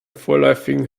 vorläufigen